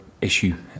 issue